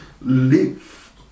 live